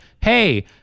hey